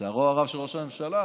לצערו הרב של ראש הממשלה.